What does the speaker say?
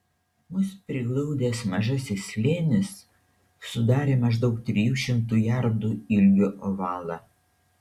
mus priglaudęs mažasis slėnis sudarė maždaug trijų šimtų jardų ilgio ovalą